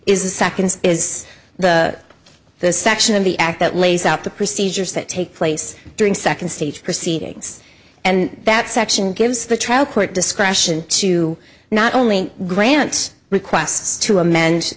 is the second is the section of the act that lays out the procedures that take place during second stage proceedings and that section gives the trial court discretion to not only grant requests to amend